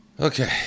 Okay